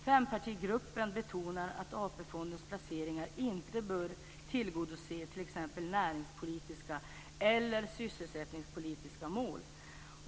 Fempartigruppen betonar att AP-fondens placeringar inte bör tillgodose t.ex. näringspolitiska eller sysselsättningspolitiska mål.